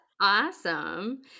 Awesome